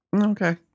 Okay